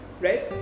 right